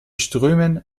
strömen